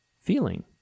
feeling